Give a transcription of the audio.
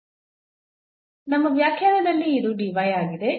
ನಮ್ಮ ವ್ಯಾಖ್ಯಾನದಲ್ಲಿ ಇದು dy ಆಗಿದೆ